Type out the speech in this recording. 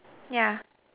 yeah